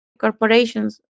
corporations